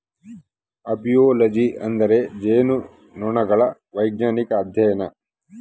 apiology ಎಂದರೆ ಜೇನುನೊಣಗಳ ವೈಜ್ಞಾನಿಕ ಅಧ್ಯಯನ